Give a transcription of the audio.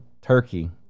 Turkey